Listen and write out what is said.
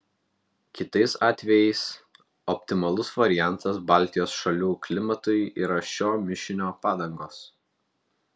kitais atvejais optimalus variantas baltijos šalių klimatui yra šio mišinio padangos